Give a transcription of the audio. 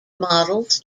models